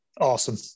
awesome